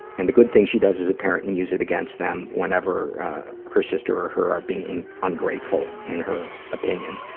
and the good things she does as a parent and use it against them whenever her sister or her are being ungrateful, in her opinion,